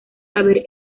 haber